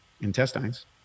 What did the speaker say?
intestines